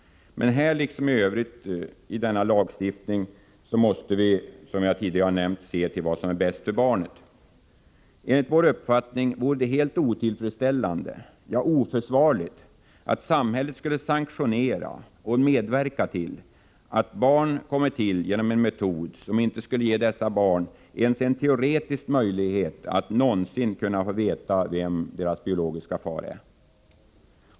Men här, liksom i övrigt i denna lagstiftning, måste vi, som jag tidigare nämnt, se till vad som är bäst för barnet. Enligt vår uppfattning vore det helt otillfredsställande — ja, oförsvarligt — att samhället skulle sanktionera och medverka till att barn kommer till genom en metod som inte skulle ge dessa barn ens en teoretisk möjlighet att någonsin få veta vem som är deras biologiske far.